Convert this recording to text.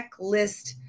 checklist